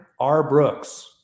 rbrooks